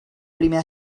primer